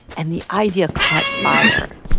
and the idea caught fire.